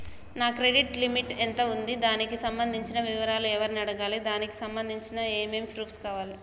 నా credit limit ఎంత ఉంది? దానికి సంబంధించిన వివరాలు ఎవరిని అడగాలి? దానికి సంబంధించిన ఏమేం ప్రూఫ్స్ కావాలి?